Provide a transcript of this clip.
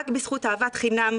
רק בזכות אהבת חינם,